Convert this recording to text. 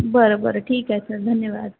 बरं बरं ठीकए सर धन्यवाद